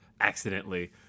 accidentally